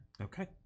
Okay